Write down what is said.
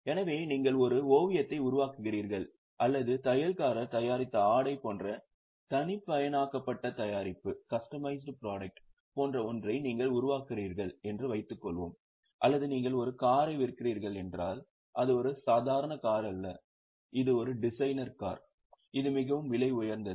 எனவே நீங்கள் ஒரு ஓவியத்தை உருவாக்குகிறீர்கள் அல்லது தையல்காரர் தயாரித்த ஆடை போன்ற தனிப்பயனாக்கப்பட்ட தயாரிப்பு போன்ற ஒன்றை நீங்கள் உருவாக்குகிறீர்கள் என்று வைத்துக் கொள்ளுங்கள் அல்லது நீங்கள் ஒரு காரை விற்கிறீர்கள் என்றால் அது ஒரு சாதாரண கார் அல்ல இது ஒரு டிசைனர் கார் இது மிகவும் விலை உயர்ந்தது